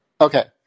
Okay